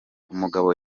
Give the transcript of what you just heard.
umugabo